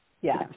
Yes